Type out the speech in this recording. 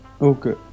Okay